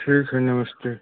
ठीक है नमस्ते